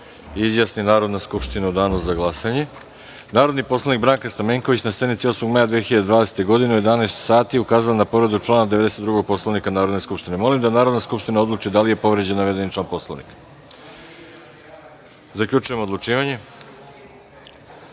se izjasni Narodna skupština u Danu za glasanje. Narodni poslanik Branka Stamenković, na sednici 8. maja 2020. godine, u 11.00 sati, ukazala je na povredu člana 92. Poslovnika Narodne skupštine. Molim da Narodna skupština odluči da li je povređen navedeni član Poslovnika. Zaključujem glasanje: